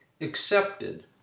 accepted